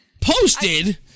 posted